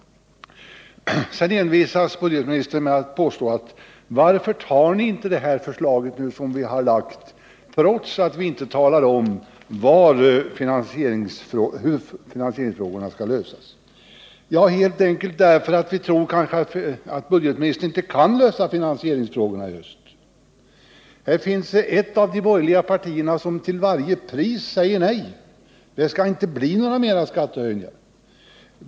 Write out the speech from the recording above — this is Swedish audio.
Sedan envisas budgetministern med att säga: Varför godtar ni inte regeringens förslag, trots att vi inte talar om hur finansieringsfrågan skall lösas? Ja, helt enkelt därför att vi tror att budgetministern inte kan lösa finansieringsfrågan. Här finns ett av de borgerliga partierna som till varje pris säger: Nej, det skall inte bli några fler skattehöjningar.